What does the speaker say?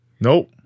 Nope